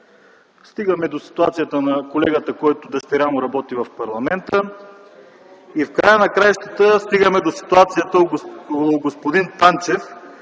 Стигаме до ситуацията на колегата, на когото дъщеря му работи в парламента, и в края на краищата, стигаме до ситуацията у господин Танчев,